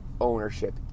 ownership